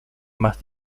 más